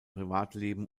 privatleben